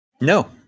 No